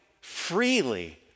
freely